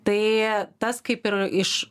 tai tas kaip ir iš